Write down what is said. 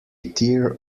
tear